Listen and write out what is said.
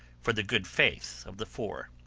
for the good faith of the four.